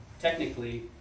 technically